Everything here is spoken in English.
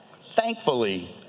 thankfully